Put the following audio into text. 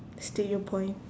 state your point